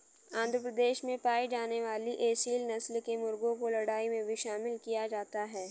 आंध्र प्रदेश में पाई जाने वाली एसील नस्ल के मुर्गों को लड़ाई में भी शामिल किया जाता है